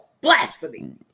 blasphemy